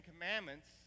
Commandments